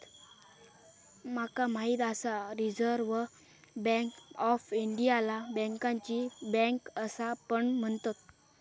माका माहित आसा रिझर्व्ह बँक ऑफ इंडियाला बँकांची बँक असा पण म्हणतत